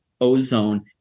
ozone